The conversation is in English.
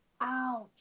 Ouch